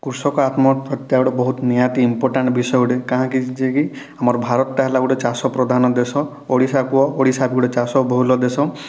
କୃଷକ ଆତ୍ମହତ୍ୟା ଗୋଟେ ନିହାତି ଇମ୍ପୋଟାଣ୍ଟ ବିଷୟ ଗୋଟେ କାହାଁକି ଯେ କି ଆମର ଭାରତଟା ହେଲା ଗୋଟେ ଚାଷ ପ୍ରଧାନ ଦେଶ ଓଡ଼ିଶା କୁହ ଓଡ଼ିଶା କୁ ଗୋଟେ ଚାଷ ବହୁଲ ଦେଶ